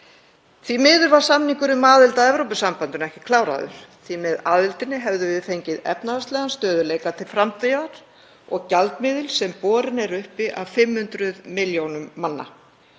Því miður var samningur um aðild að Evrópusambandinu ekki kláraður, því með aðildinni hefðum við fengið efnahagslegan stöðugleika til framtíðar og gjaldmiðil sem borin er uppi af 500 milljónum manna.